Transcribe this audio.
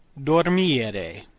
dormire